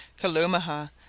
Kalumaha